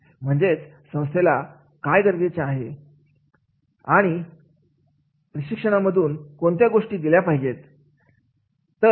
म्हणजेच संस्थेला काय गरजेचे आहे ये आणि प्रशिक्षणा मधून कोणत्या गोष्टी दिल्या गेल्या पाहिजेत